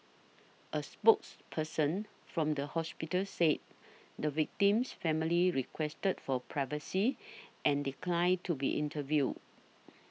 a spokesperson from the hospital said the victim's family requested for privacy and declined to be interviewed